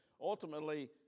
Ultimately